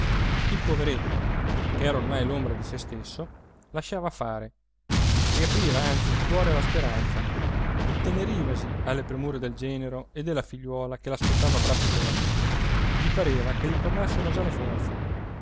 il poveretto ch'era ormai l'ombra di sé stesso lasciava fare riapriva anzi il cuore alla speranza intenerivasi alle premure del genero e della figliuola che l'aspettava a braccia aperte gli pareva che gli tornassero già le forze